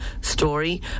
story